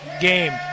game